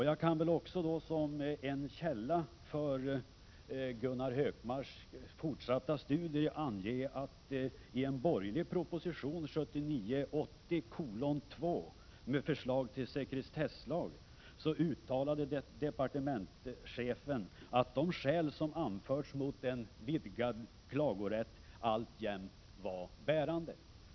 Jag kan också ange, som en källa för Gunnar Hökmarks fortsatta studier, att departementschefen i en borgerlig proposition, 1979/80:2, med förslag till | sekretesslag uttalade att de skäl som anförts mot en vidgad klagorätt alltjämt | var bärande.